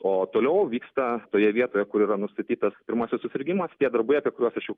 o toliau vyksta toje vietoje kur yra nustatytas pirmasis susirgimas tie darbai apie kuriuos aš jau